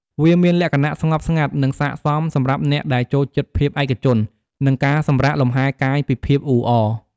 វាមានលក្ខណៈស្ងប់ស្ងាត់ និងស័ក្តិសមសម្រាប់អ្នកដែលចូលចិត្តភាពឯកជន និងការសម្រាកលម្ហែកាយពីភាពអ៊ូអរ។